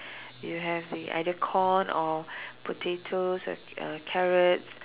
you have the either corn or potatoes or uh carrots